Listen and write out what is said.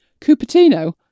Cupertino